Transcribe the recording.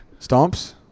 Stomps